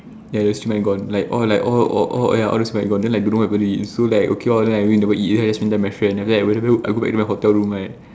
ya the siew-mai gone all like all all all the siew-mai gone then like don't know what happen to it so like okay lor then we all never eat then just tell my friend then after that when I go back to my hotel room right